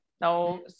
Now